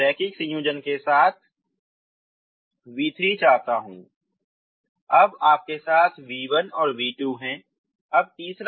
मैं एक रैखिक संयोजन के रूप में v3 चाहता हूं अब आपके पास v1 और v2 है